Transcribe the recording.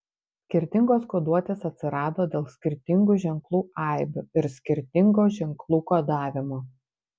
skirtingos koduotės atsirado dėl skirtingų ženklų aibių ir skirtingo ženklų kodavimo